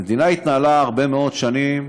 המדינה התנהלה הרבה מאוד שנים